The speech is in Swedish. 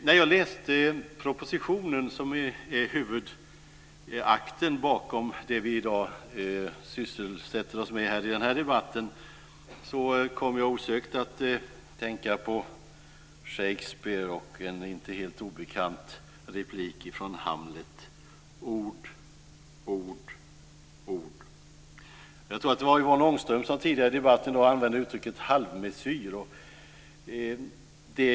När jag läste propositionen, som är huvudakten bakom det vi i dag sysselsätter oss med i den här debatten, kom jag osökt att tänka på Shakespeare och en inte helt obekant replik från Hamlet: Ord, ord, ord. Jag tror att det var Yvonne Ångström som tidigare i debatten använde uttrycket halvmesyr.